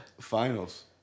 Finals